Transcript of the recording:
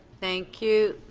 thank you.